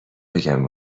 بگم